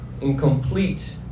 Incomplete